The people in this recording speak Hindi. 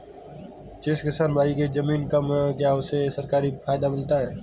जिस किसान भाई के ज़मीन कम है क्या उसे सरकारी फायदा मिलता है?